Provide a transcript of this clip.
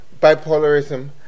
bipolarism